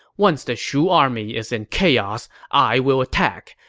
once the shu army is in chaos, i will attack.